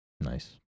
nice